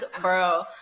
Bro